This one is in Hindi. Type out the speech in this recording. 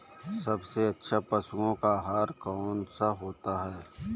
सबसे अच्छा पशुओं का आहार कौन सा होता है?